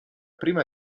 prima